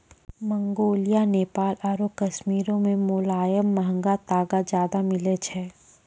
Mongolia, Nepal आरु कश्मीरो मे मोलायम महंगा तागा ज्यादा मिलै छै